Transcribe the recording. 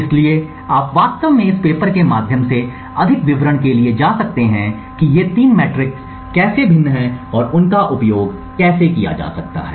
इसलिए आप वास्तव में इस पेपर के माध्यम से अधिक विवरण के लिए जा सकते हैं कि ये तीन मैट्रिक्स कैसे भिन्न हैं और उनका उपयोग कैसे किया जा सकता है